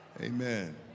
Amen